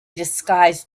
disguised